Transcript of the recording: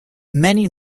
many